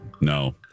No